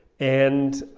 and